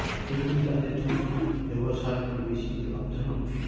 ফুলকপি চাষের জন্য জৈব সার কি বেশী লাভজনক?